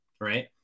right